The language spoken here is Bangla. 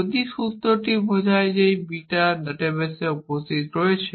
যদি সূত্রটি বোঝায় যে বিটা ডেটা বেসে উপস্থিত রয়েছে